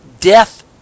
death